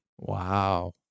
Wow